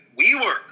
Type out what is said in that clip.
WeWork